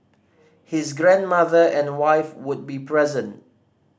his grandmother and wife would be present